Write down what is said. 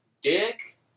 Dick